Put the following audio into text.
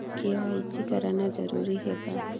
KYC कराना जरूरी है का?